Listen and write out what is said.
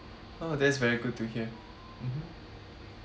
oh that's very good to hear mmhmm